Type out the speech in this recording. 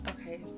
Okay